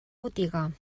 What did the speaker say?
botiga